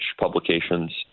publications